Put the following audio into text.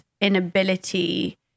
inability